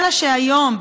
אלא שהיום,